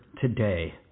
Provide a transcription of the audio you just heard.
today